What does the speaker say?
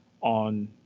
on